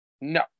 no